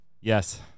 Yes